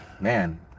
man